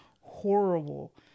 horrible